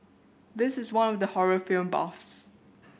this is one for the horror film buffs